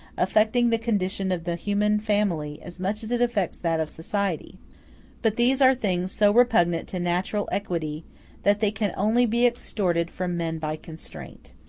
affecting the condition of the human family as much as it affects that of society but these are things so repugnant to natural equity that they can only be extorted from men by constraint.